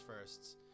firsts